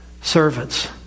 servants